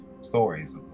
stories